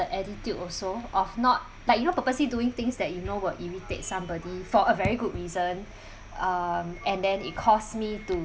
the attitude also of not like you know purposely doing things that you know will irritate somebody for a very good reason um and then it cause me to